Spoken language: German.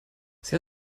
sie